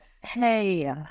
Hey